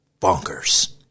bonkers